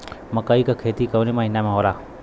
मकई क खेती कवने महीना में होला?